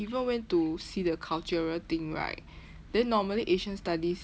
even went to see the cultural thing right then normally asian studies